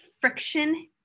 friction